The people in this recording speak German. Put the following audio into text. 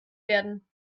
werden